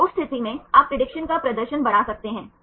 तो उस स्थिति में आप प्रेडिक्शन का प्रदर्शन बढ़ा सकते हैं